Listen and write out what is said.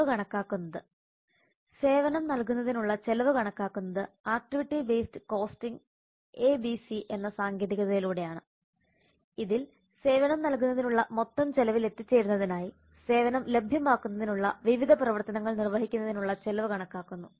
ചെലവ് കണക്കാക്കുന്നത് സേവനം നൽകുന്നതിനുള്ള ചെലവ് കണക്കാക്കുന്നത് ആക്ടിവിറ്റി ബേസ്ഡ് കോസ്റ്റിംഗ് എബിസി എന്ന സാങ്കേതികതയിലൂടെയാണ് ഇതിൽ സേവനം നൽകുന്നതിനുള്ള മൊത്തം ചെലവിൽ എത്തിച്ചേരുന്നതിനായി സേവനം ലഭ്യമാക്കുന്നതിനുള്ള വിവിധ പ്രവർത്തനങ്ങൾ നിർവഹിക്കുന്നതിനുള്ള ചെലവ് കണക്കാക്കുന്നു